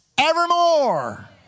evermore